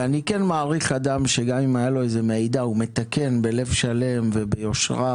אני מעריך אדם שגם אם הייתה לו איזושהי מעידה הוא מתקן בלב שלם וביושרה.